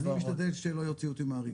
אני משתדל שלא יוציאו אותי מהריכוז.